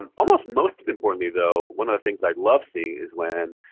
um almost most importantly, though, one of the things i love seeing is when